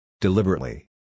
Deliberately